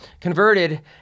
converted